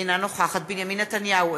אינה נוכחת בנימין נתניהו,